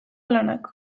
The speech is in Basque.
lanak